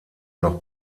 noch